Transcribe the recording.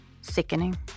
Sickening